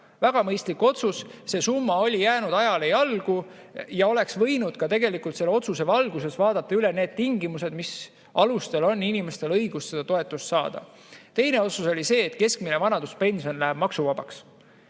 Väga mõistlik otsus. See summa oli jäänud ajale jalgu ja tegelikult oleks võinud selle otsuse valguses vaadata üle ka need tingimused, mis alustel on inimestel õigus seda toetust saada. Teine otsus oli see, et keskmine vanaduspension läheb maksuvabaks.